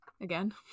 again